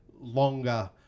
longer